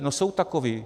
No jsou takoví.